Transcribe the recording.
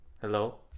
Hello